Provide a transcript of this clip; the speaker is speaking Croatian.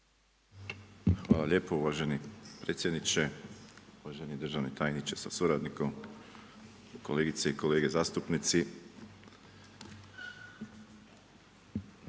Hvala lijepo uvaženi predsjedniče, državni tajniče sa suradnicom, kolegice i kolege zastupnici.